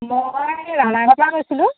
মই পৰা কৈছিলোঁ